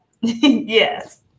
Yes